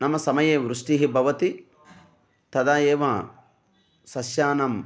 नाम समये वृष्टिः भवति तदा एव सस्यानां